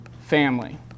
family